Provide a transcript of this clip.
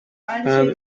and